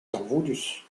talvoudus